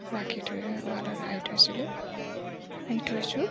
ৰাখি থৈ ৱালত আঁৰি থৈছিলোঁ আঁৰি থৈছোঁ